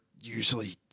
usually